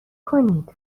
کنید